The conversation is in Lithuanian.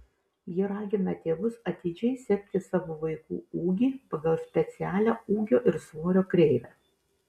ji ragina tėvus atidžiai sekti savo vaikų ūgį pagal specialią ūgio ir svorio kreivę